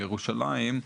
ירושלים,